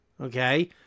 Okay